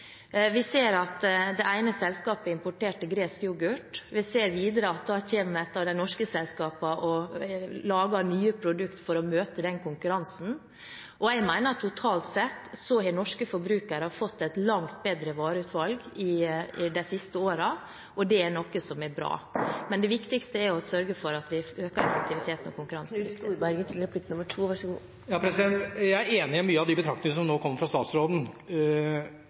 Vi ser at det ene selskapet importerte gresk yoghurt. Vi ser videre at da kommer et av de norske selskapene og lager nye produkter for å møte den konkurransen. Jeg mener at totalt sett har norske forbrukere fått et langt bedre vareutvalg de siste årene, og det er bra. Men det viktigste er å sørge for at vi øker effektiviteten og konkurransen. Jeg er enig i mange av betraktningene som kommer fra statsråden, men det må være et tankekors at i en tid da vi velger f.eks. å øke kvotene, slik som nå